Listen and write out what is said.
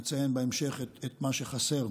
נציין בהמשך את מה שחסר.